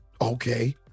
okay